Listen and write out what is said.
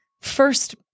first